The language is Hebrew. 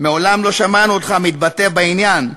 מעולם לא שמענו אותך מתבטא בעניין,